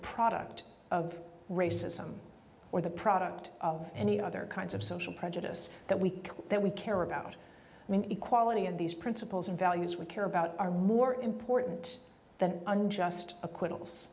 product of racism or the product of any other kinds of social prejudice that we that we care about inequality of these principles and values we care about are more important than unjust